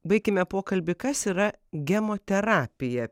baikime pokalbį kas yra gemoterapija